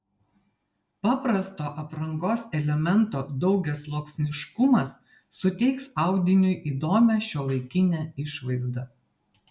paprasto aprangos elemento daugiasluoksniškumas suteiks audiniui įdomią šiuolaikinę išvaizdą